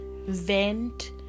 vent